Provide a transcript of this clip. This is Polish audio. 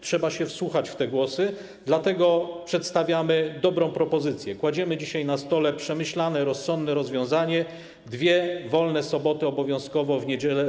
Trzeba się wsłuchać w te głosy, dlatego przedstawiamy dobrą propozycję, kładziemy dzisiaj na stole przemyślane, rozsądne rozwiązanie, dwie wolne soboty obowiązkowo w niedzielę.